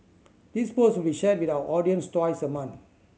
this post we shared with our audience twice a month